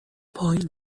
پایین